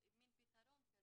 מעין פתרון,